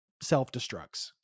self-destructs